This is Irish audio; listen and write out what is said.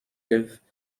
libh